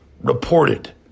reported